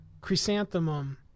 chrysanthemum